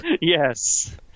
yes